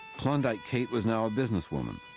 klondike kate was now a business woman.